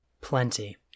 Plenty